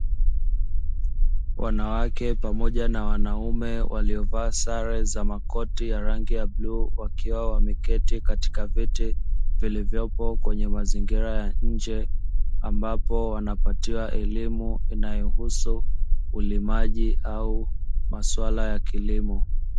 Wanawake pamoja na wanaume waliovaa sare za makoti ya rangi ya bluu wakiwa wameketi katika viti vilivyopo kwenye mazingira ya nje ambapo wanapatiwa elimu inayohusu ulimaji au maswala ya kilimo.